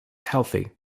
healthy